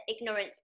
ignorance